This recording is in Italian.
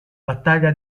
battaglia